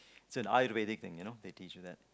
so an varied thing you know they teach you that